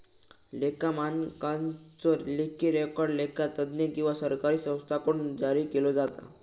लेखा मानकांचो लेखी रेकॉर्ड लेखा तज्ञ किंवा सरकारी संस्थांकडुन जारी केलो जाता